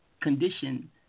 Condition